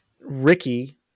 Ricky